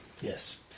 Yes